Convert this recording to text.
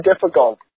difficult